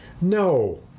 No